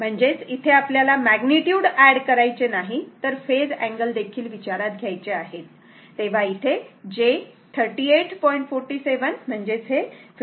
म्हणजेच इथे आपल्याला मॅग्निट्युड ऍड करायचे नाहीत तर फेज अँगल विचारात घ्यायचे आहेत तेव्हा इथे j 38